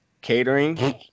catering